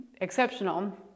exceptional